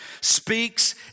speaks